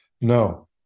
no